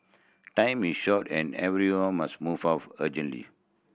time is short and everyone must move off urgently